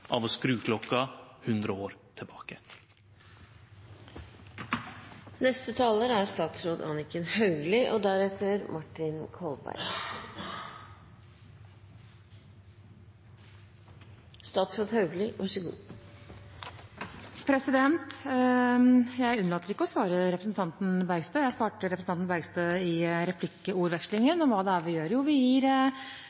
av å skru klokka 100 år tilbake i tid. Jeg unnlater ikke å svare representanten Bergstø. Jeg svarte representanten Bergstø i